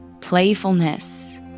playfulness